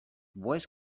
voice